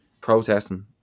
protesting